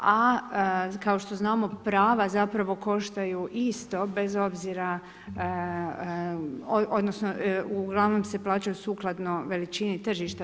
A kao što znamo prava zapravo koštaju isto bez obzira, odnosno uglavnom se plaćaju sukladno veličini tržišta.